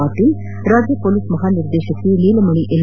ಪಾಟೀಲ್ ರಾಜ್ಯ ಪೊಲೀಸ್ ಮಹಾನಿರ್ದೇಶಕಿ ನೀಲಮಣಿ ಎನ್